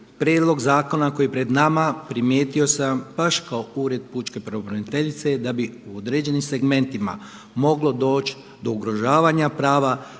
prijedlog zakona koji je pred nama primijetio sam baš kao Ured pučke pravobraniteljica da bi u određenim segmentima moglo doći do ugrožavanja prava